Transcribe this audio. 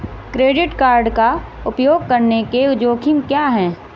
Credit card का उपयोग करने के जोखिम क्या हैं?